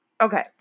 Okay